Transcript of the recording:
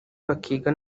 bakiga